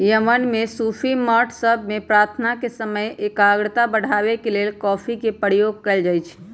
Yemen में सूफी मठ सभ में प्रार्थना के समय एकाग्रता बढ़ाबे के लेल कॉफी के प्रयोग कएल जाइत रहै